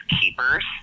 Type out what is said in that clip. Keepers